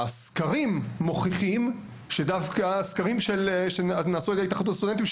הסקרים מוכיחים שדווקא הסקרים שנעשו על ידי ההתאחדות הסטודנטים,